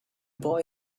boy